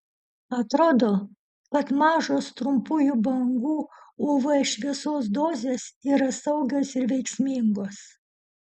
atrodo kad mažos trumpųjų bangų uv šviesos dozės yra saugios ir veiksmingos